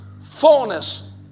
fullness